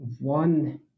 one